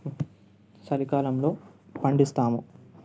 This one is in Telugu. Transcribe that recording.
చలికాలంలో పండిస్తాము